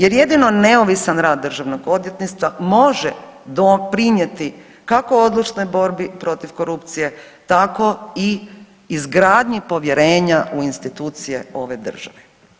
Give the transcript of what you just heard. Jer jedino neovisan rad državnog odvjetništva može doprinjeti kako odlučnoj borbi protiv korupcije, tako i izgradnji povjerenja u institucije ove države.